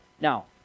Now